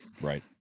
Right